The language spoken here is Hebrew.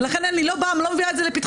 ולכן אני לא באה ולא מביאה את זה לפתחכם.